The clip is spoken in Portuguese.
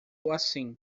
assim